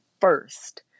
first